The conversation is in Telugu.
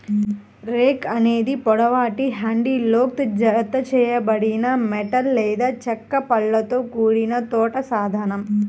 రేక్ అనేది పొడవాటి హ్యాండిల్తో జతచేయబడిన మెటల్ లేదా చెక్క పళ్ళతో కూడిన తోట సాధనం